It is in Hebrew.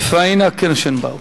פאינה קירשנבאום.